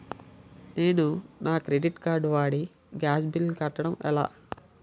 నేను నా credit card వాడి గ్యాస్ బిల్లు కట్టడం ఎలా?